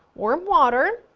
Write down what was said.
warm water,